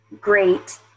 great